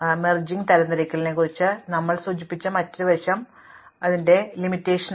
ലയനം തരംതിരിക്കലിനെക്കുറിച്ച് ഞങ്ങൾ സൂചിപ്പിച്ച മറ്റൊരു വശം ഇത് അൽപ്പം പരിമിതപ്പെടുത്തുന്നു അത് അന്തർലീനമായി ആവർത്തനമാണ് എന്നതാണ്